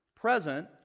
present